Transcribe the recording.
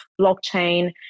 blockchain